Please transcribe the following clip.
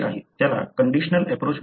त्याला conditional approach म्हणतात